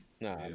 Nah